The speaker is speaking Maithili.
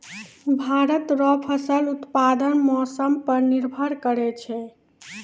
भारत रो फसल उत्पादन मौसम पर निर्भर करै छै